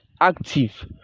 active